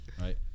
right